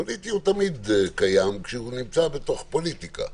פוליטי הוא תמיד, כי הוא נמצא בתוך פוליטיקה,